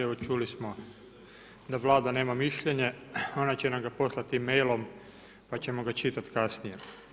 Evo čuli smo da Vlada nema mišljenje, ona će nam ga poslati mailom pa ćemo ga čitati kasnije.